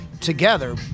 together